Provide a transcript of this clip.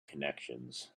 connections